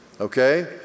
okay